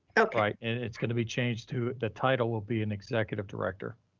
um right, and it's gonna be changed to the title will be an executive director.